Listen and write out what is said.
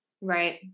Right